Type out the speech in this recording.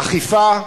אכיפה,